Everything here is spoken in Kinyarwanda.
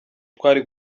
twari